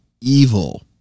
evil